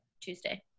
Tuesday